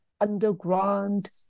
underground